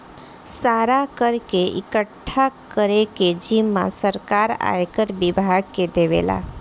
सारा कर के इकठ्ठा करे के जिम्मा सरकार आयकर विभाग के देवेला